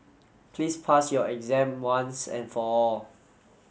please pass your exam once and for all